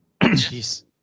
Jeez